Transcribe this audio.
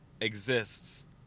exists